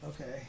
Okay